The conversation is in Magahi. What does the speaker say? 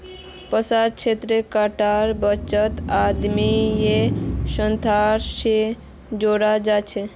पैसार क्षेत्रत टाकार बचतक आदमी या संस्था स जोड़ाल जाछेक